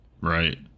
Right